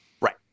Right